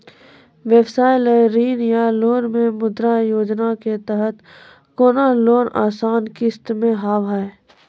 व्यवसाय ला ऋण या लोन मे मुद्रा योजना के तहत कोनो लोन आसान किस्त मे हाव हाय?